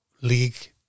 League